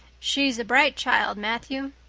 she's a bright child, matthew.